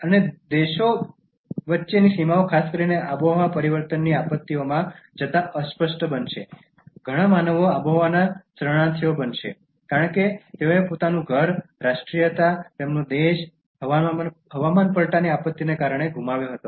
અને દેશો વચ્ચેની સીમાઓ ખાસ કરીને આબોહવા પરિવર્તનની આપત્તિઓમાં જતા અસ્પષ્ટ બનશે ઘણા માનવો આબોહવાના શરણાર્થીઓ બનશે કારણ કે તેઓએ પોતાનું ઘર રાષ્ટ્રીયતા તેમનો દેશ હવામાન પલટાની આપત્તિના કારણે ગુમાવ્યો હતો